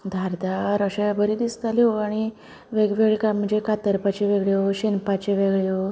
धार धार अश्या बऱ्यो दिसताल्यो आनी वेग वेगळें काम म्हणजे कातरपाच्यो वेगळ्यो शिनपाच्यो वेगळ्यो